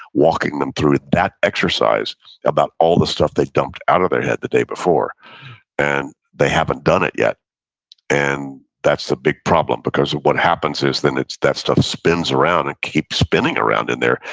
walking them through with that exercise about all the stuff they dumped out of their head the day before and they haven't done it yet and that's the big problem, because what happens is, then that stuff spins around and keeps spinning around in there.